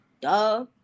Duh